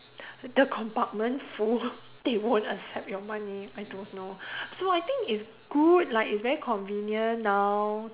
the compartment full they won't accept your money I don't know so I think it's good like it's very convenient now